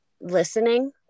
listening